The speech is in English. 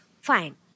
Fine